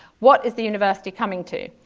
what is the university coming to?